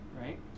right